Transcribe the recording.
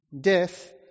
Death